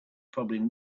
probably